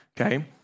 okay